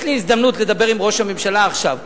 יש לי הזדמנות לדבר עם ראש הממשלה עכשיו.